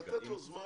לתת לו זמן אחר.